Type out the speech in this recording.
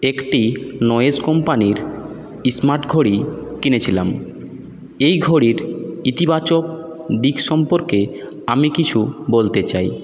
একটি নয়েজ কোম্পানির স্মার্ট ঘড়ি কিনেছিলাম এই ঘড়ির ইতিবাচক দিক সম্পর্কে আমি কিছু বলতে চাই